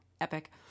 epic